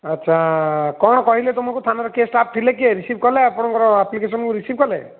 ଆଚ୍ଛା କ'ଣ କହିଲେ ତୁମକୁ ଥାନାରେ କେସ୍ଟା ଥିଲେ କିଏ ରିସିଭ୍ କଲେ ଆପଣଙ୍କର ଆପ୍ଲିକେଶନ୍ ରିସିଭ୍ କଲେ